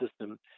system